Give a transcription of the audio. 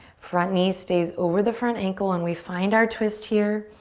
front knee stays over the front ankle and we find our twist here.